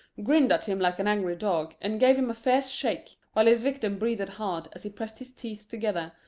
grinned at him like an angry dog, and gave him a fierce shake, while his victim breathed hard as he pressed his teeth together,